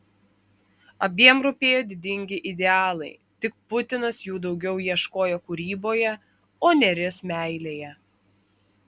abiem rūpėjo didingi idealai tik putinas jų daugiau ieškojo kūryboje o nėris meilėje